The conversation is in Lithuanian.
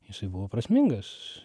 jisai buvo prasmingas